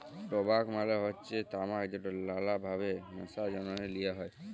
টবাক মালে হচ্যে তামাক যেট লালা ভাবে ল্যাশার জ্যনহে লিয়া হ্যয়